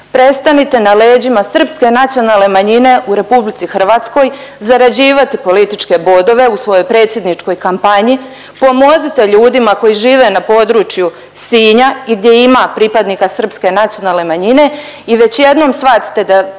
prestanite na leđima Srpske nacionalne manjine u RH zarađivati političke bodove u svojoj predsjedničkoj kampanji, pomozite ljudima koji žive na području Sinja i gdje ima pripadnika Srpske nacionalne manjine i već jednom shvatite da